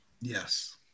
yes